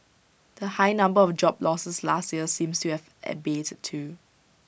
the high number of job losses last year seems to have abated too